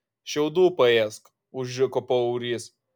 šiaudų paėsk užriko paurys